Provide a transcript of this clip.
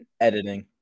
Editing